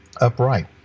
upright